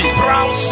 brown